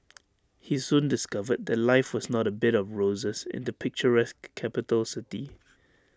he soon discovered that life was not A bed of roses in the picturesque capital city